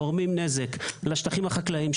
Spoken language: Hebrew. גורמים נזק לשטחים החקלאיים,